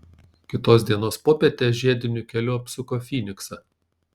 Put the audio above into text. kitos dienos popietę žiediniu keliu apsuko fyniksą